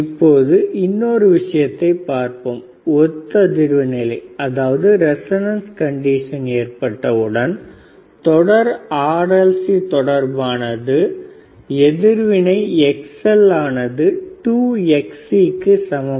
இப்பொழுது இன்னொரு விஷயத்தைப் பார்ப்போம் ஒத்ததிர்வு நிலை ஏற்பட்டவுடன் தொடர் RLC தொடர்பானது எதிர்வினை Xl ஆனாது 2Xc க்கு சமம்